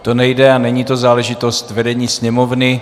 To nejde a není to záležitost vedení Sněmovny.